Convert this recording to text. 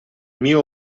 mio